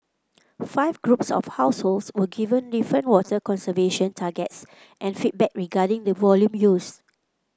five groups of households were given different water conservation targets and feedback regarding the volume used